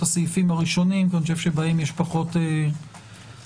הסעיפים הראשונים כי אני חושב שבהם פחות מחלוקות,